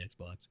Xbox